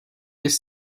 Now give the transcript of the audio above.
ist